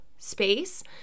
space